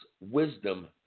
Wisdom